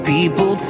People